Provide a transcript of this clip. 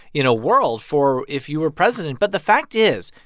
you know, world for if you were president. but the fact is,